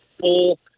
full